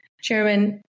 Chairman